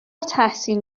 تحسین